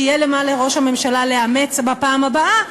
שיהיה לראש הממשלה מה לאמץ בפעם הבאה,